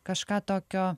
kažką tokio